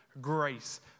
grace